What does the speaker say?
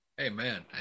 amen